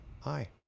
hi